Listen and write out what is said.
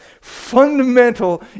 fundamental